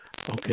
Okay